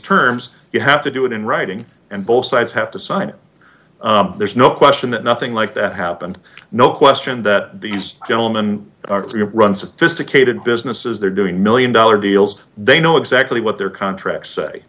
terms you have to do it in writing and both sides have to sign it there's no question that nothing like that happened no question that these gentleman run sophisticated businesses they're doing one million dollar deals they know exactly what their contracts say